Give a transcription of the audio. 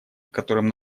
которым